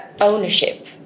ownership